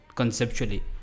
Conceptually